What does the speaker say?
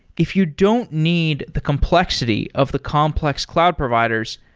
if you don't need the complexity of the complex cloud providers,